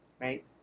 right